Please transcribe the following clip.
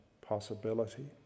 possibility